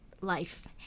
life